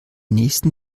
nächsten